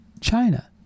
China